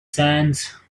sands